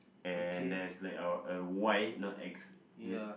and there's like our a Y not X is it